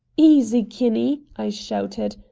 easy, kinney! i shouted.